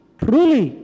truly